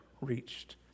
reached